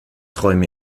träume